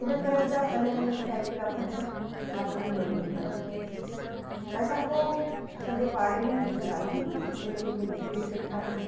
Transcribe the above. इन तरह जा अलॻि अलॻि टाईप जा भर्त मां पंहिंजी मम्मीअ खां सिखिया तंहिंखां पोइ असांजे पाड़े में हिकिड़ी आंटी हुई उन मूंखे निटिंग सेखारी